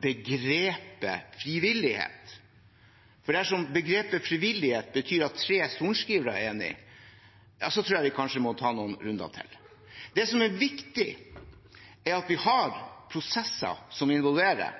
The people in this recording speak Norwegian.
begrepet «frivillighet». Dersom begrepet «frivillighet» betyr at tre sorenskrivere er enige, tror jeg kanskje vi må ta noen runder til. Det som er viktig, er at vi har prosesser som involverer,